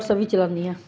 ਚਲਾਉਂਦੀ ਹਾਂ